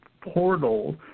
portal